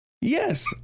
Yes